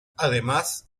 además